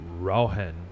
Rohan